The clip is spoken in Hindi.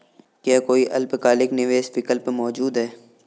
क्या कोई अल्पकालिक निवेश विकल्प मौजूद है?